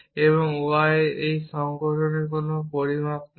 এবং y এর এই সংঘটনের কোনো পরিমাপ নেই